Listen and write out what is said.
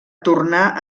tornà